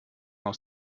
aus